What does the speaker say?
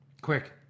Quick